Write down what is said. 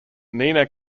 nina